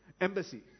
embassy